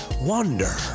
Wonder